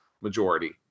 majority